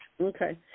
Okay